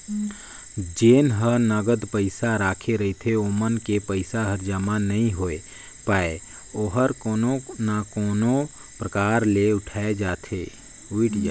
जेन ह नगद पइसा राखे रहिथे ओमन के पइसा हर जमा नइ होए पाये ओहर कोनो ना कोनो परकार ले उइठ जाथे